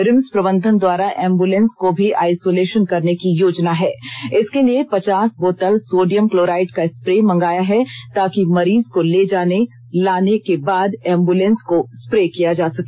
RIMS प्रबंधन द्वारा ambulance को भी आइसोलेषन करने की योजना है इसके लिए पचास बोतल सोडियम क्लोराइड का स्प्रे मंगाया है ताकि मरीज को ले आने और ले जाने के बाद एंबुलेंस को स्प्रे किया जा सके